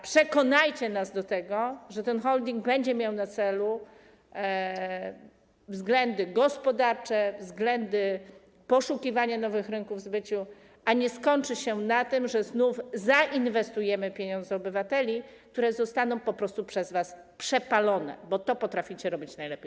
Przekonajcie nas do tego, że ten holding będzie miał na celu względy gospodarcze, poszukiwanie nowych rynków zbytu, a nie skończy się na tym, że znów zainwestujemy pieniądze obywateli, które zostaną po prostu przez was przepalone, bo to potraficie robić najlepiej.